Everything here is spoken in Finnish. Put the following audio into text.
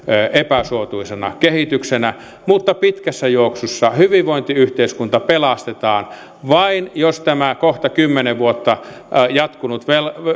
epäsuotuisana kehityksenä mutta pitkässä juoksussa hyvinvointiyhteiskunta pelastetaan vain jos tämä kohta kymmenen vuotta jatkunut